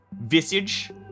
Visage